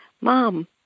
Mom